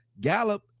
Gallup